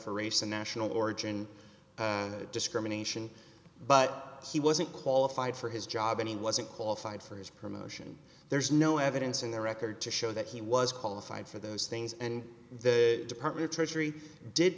for race and national origin discrimination but he wasn't qualified for his job and he wasn't qualified for his promotion there's no evidence in the record to show that he was qualified for those things and the department of